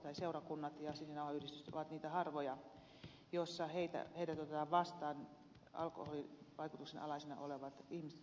ehkä seurakunnat ja sininauhayhdistys ovat niitä harvoja paikkoja joissa otetaan vastaan alkoholinvaikutuksen alaisena olevat ihmiset jotka hakevat apua